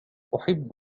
أحب